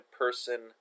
person